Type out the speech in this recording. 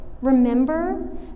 remember